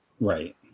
Right